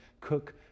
cook